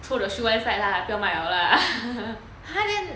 throw the shoe one side 啦不用买了啦